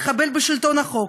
לחבל בשלטון החוק,